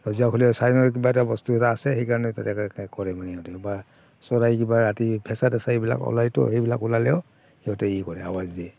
কিবা এটা বস্তু এটা আছে সেই কাৰণে তেনেকাকৈ কৰে মানে সিহঁতে বা চৰাই কিবা ৰাতি ফেঁচা তেচা এইবিলাক ওলাইতো সেইবিলাক ওলালেও সিহঁতে এই কৰে আৱাজ দিয়ে